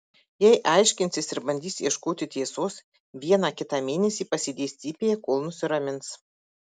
jei aiškinsis ir bandys ieškoti tiesos vieną kitą mėnesį pasėdės cypėje kol nusiramins